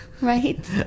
right